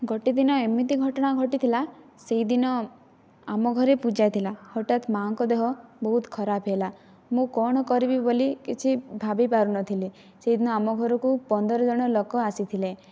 ଗୋଟିଏ ଦିନ ଏମିତି ଘଟଣା ଘଟିଥିଲା ସେହିଦିନ ଆମ ଘରେ ପୂଜା ଥିଲା ହଠାତ୍ ମା'ଙ୍କ ଦେହ ବହୁତ ଖରାପ ହେଲା ମୁଁ କ'ଣ କରିବି ବୋଲି କିଛି ଭାବିପାରୁନଥିଲି ସେହିଦିନ ଆମ ଘରକୁ ପନ୍ଦର ଜଣ ଲୋକ ଆସିଥିଲେ